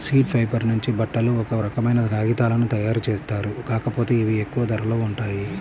seed fiber నుంచి బట్టలు, ఒక రకమైన కాగితాలను తయ్యారుజేత్తారు, కాకపోతే ఇవి ఎక్కువ ధరలో ఉంటాయి